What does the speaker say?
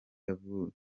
yavuze